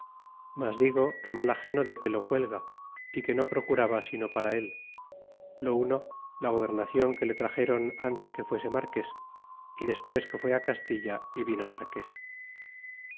mas digo que mal ageno de pelo cuelga o que no procuraba sino para él lo uno la trobernacion que le traxéron ntes que fuese largues o despues que fue castilla y vino marques